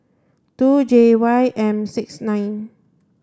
two J Y M six nine